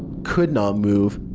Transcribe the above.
could not move.